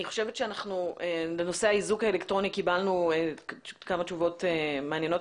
אני חושבת שבנושא האיזוק האלקטרוני קיבלנו כמה תשובות מעניינות.